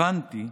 הבנתי,